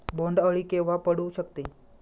बोंड अळी केव्हा पडू शकते?